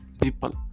people